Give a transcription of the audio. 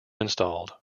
installed